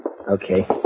Okay